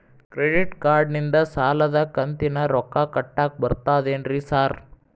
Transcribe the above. Credit ಕಾರ್ಡನಿಂದ ಸಾಲದ ಕಂತಿನ ರೊಕ್ಕಾ ಕಟ್ಟಾಕ್ ಬರ್ತಾದೇನ್ರಿ ಸಾರ್?